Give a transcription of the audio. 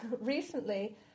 Recently